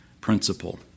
principle